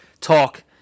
talk